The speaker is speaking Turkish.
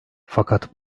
fakat